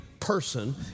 person